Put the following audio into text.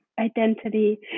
identity